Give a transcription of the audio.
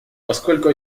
поскольку